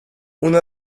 una